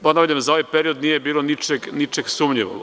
Ponavljam, za ovaj period nije bilo ničeg sumnjivog.